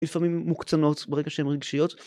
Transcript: לפעמים מוקצנות, ברגע שהן רגשיות.